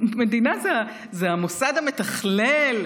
מדינה זה המוסד המתכלל,